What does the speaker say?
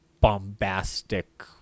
bombastic